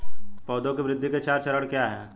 पौधे की वृद्धि के चार चरण क्या हैं?